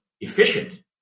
efficient